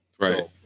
Right